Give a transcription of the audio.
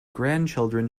grandchildren